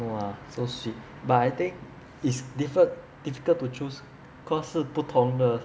!wah! so sweet but I think it's differ~ difficult to choose because 是不同的